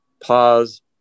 pause